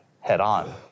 head-on